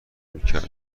میکرد